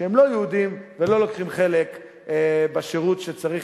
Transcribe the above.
שהם לא יהודים ולא לוקחים חלק בשירות שצריך